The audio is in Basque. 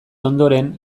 ondoren